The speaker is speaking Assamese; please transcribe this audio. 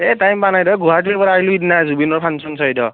এ টাইম পা নাই এই গুৱাহাটীৰ পৰা আহিলো সিদিনা জুবিনৰ ফাংচন চাই ৰ